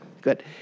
Good